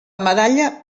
medalla